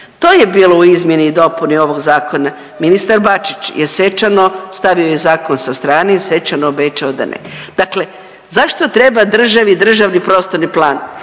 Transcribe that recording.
To je bilo u izmjeni i dopuni ovog zakona. Ministar Bačić je svečano, stavio je zakon sa strane i svečano obećao da ne. Dakle zašto treba državi državni prostorni plan?